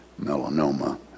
melanoma